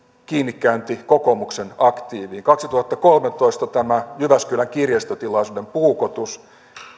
kiinnikäynti kokoomuksen aktiiviin kaksituhattakolmetoista tämä jyväskylän kirjastotilaisuuden puukotus